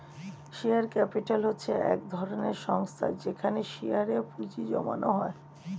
share capital হচ্ছে এক ধরনের সংস্থা যেখানে শেয়ারে এ পুঁজি জমানো হয়